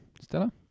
Stella